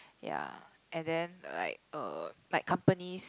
ya and then like uh like companies